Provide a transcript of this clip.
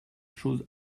chose